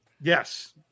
Yes